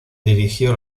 dirigió